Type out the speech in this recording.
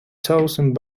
thousand